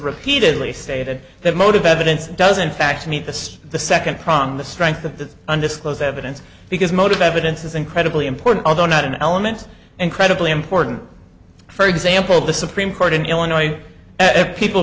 repeatedly stated that motive evidence does in fact meet the the second prong the strength of the undisclosed evidence because motive evidence is incredibly important although not an element incredibly important for example the supreme court in illinois people